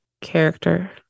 character